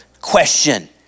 Question